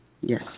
yes